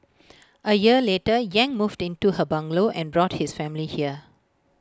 A year later yang moved into her bungalow and brought his family here